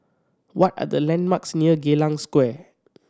what are the landmarks near Geylang Square